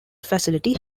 facility